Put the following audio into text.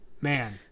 man